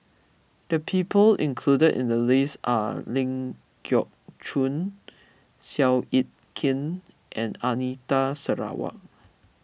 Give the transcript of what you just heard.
the people included in the list are Ling Geok Choon Seow Yit Kin and Anita Sarawak